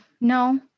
no